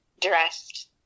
dressed